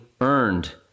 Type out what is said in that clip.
earned